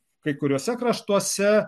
kai kuriuose kraštuose